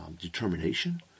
determination